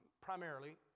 primarily